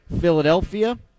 Philadelphia